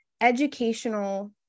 educational